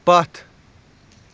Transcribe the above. پَتھ